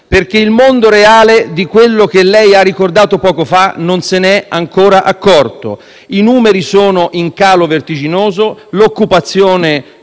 perché il mondo reale di quanto lei ha ricordato poco fa non se ne è ancora accorto. I numeri sono in calo vertiginoso, l'occupazione